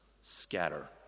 scatter